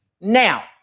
Now